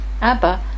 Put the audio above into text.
Abba